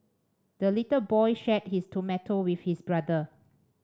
the little boy shared his tomato with his brother